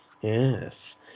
Yes